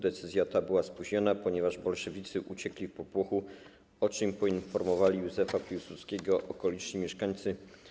Decyzja ta była spóźniona, ponieważ bolszewicy uciekli w popłochu, o czym poinformowali Józefa Piłsudskiego okoliczni mieszkańcy.